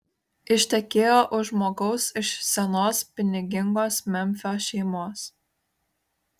ištekėjo už žmogaus iš senos pinigingos memfio šeimos